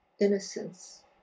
innocence